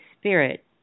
Spirit